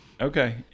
Okay